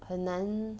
很难